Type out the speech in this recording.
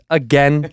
again